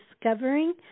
discovering